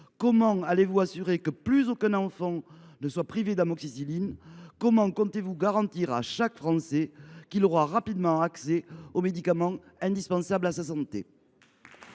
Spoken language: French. Comment allez vous assurer que plus aucun enfant ne soit privé d’amoxicilline ? Comment comptez vous garantir à chaque Français qu’il aura rapidement accès aux médicaments indispensables à sa santé ?